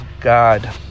God